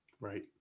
Right